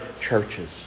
churches